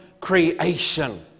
Creation